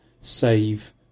save